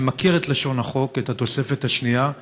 אני מכיר את לשון החוק ואת התוספת השנייה,